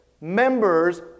members